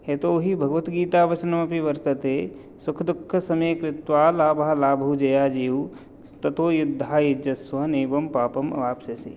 यतोहि भगवत् गीतावचनमपि वर्तते सुखदुःखसमे कृत्वा लाभालाभौ जयाजयौ ततो युद्धाय युज्यस्व नैवं पापम् अवाप्स्यसि